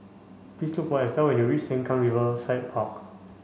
please look for Estel when you reach Sengkang Riverside Park